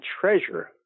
treasure